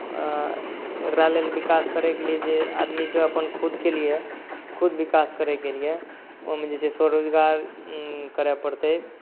एकरा लेल विकास करैके लिए आदमीके अपन खुदके लिए खुद विकास करैके लिए ओहिमे जे छै स्वरोजगार करै पड़तै